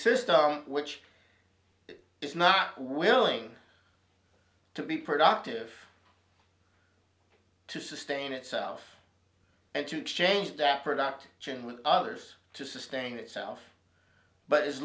system which is not willing to be productive to sustain itself and to change that productive chain with others to sustain itself but is